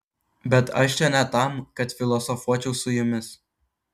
bet aš čia ne tam kad filosofuočiau su jumis